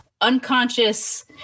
unconscious